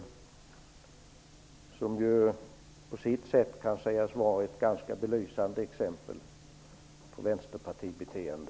Den frågan kan på sitt sätt sägas var ett ganska belysande exempel på Vänsterpartibeteende.